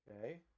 Okay